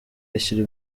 yashyira